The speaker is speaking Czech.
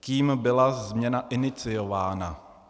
Kým byla změna iniciována.